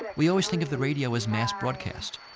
we always think of the radio as mass broadcast.